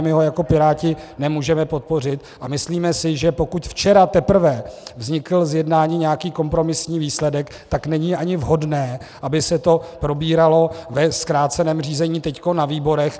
My ho jako Piráti nemůžeme podpořit a myslíme si, že pokud včera teprve vznikl z jednání nějaký kompromisní výsledek, tak není ani vhodné, aby se to probíralo ve zkráceném řízení teď na výborech.